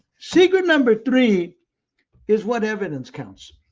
secret number three is what evidence counts?